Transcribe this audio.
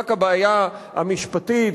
רק הבעיה המשפטית,